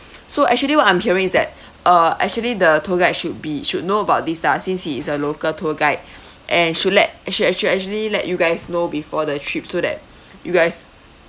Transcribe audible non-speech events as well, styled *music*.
so actually what I'm hearing is that uh actually the tour guide should be should know about these lah since he is a local tour guide *noise* and should let should actually actually let you guys know before the trip so that *noise* you guys